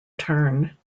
turn